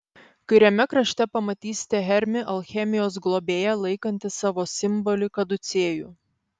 kairiame krašte pamatysite hermį alchemijos globėją laikantį savo simbolį kaducėjų